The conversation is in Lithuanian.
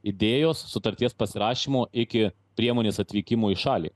idėjos sutarties pasirašymo iki priemonės atvykimo į šalį